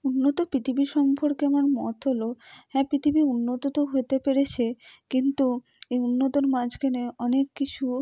উন্নত পৃথিবী সম্পর্কে আমার মত হলো হ্যাঁ পৃথিবী উন্নত তো হতে পেরেছে কিন্তু এই উন্নতর মাঝখানে অনেক কিছু